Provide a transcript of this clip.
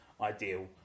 ideal